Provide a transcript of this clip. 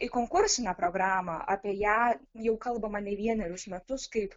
į konkursinę programą apie ją jau kalbama ne vienerius metus kaip